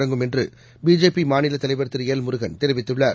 தொடங்கும் என்று பிஜேபி மாநிலத்தலைவர் திரு எல் முருகன் தெரிவித்துள்ளார்